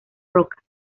roca